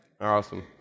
awesome